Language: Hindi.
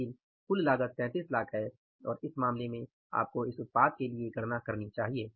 लेकिन कुल लागत 3300000 है और इस मामले में आपको इस उत्पाद के लिए गणना करनी चाहिए